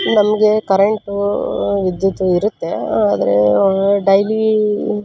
ನಮಗೆ ಕರೆಂಟು ವಿದ್ಯುತ್ತು ಇರುತ್ತೆ ಆದರೆ ಡೈಲಿ